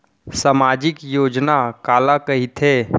सामाजिक योजना काला कहिथे?